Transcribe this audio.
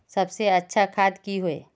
सबसे अच्छा खाद की होय?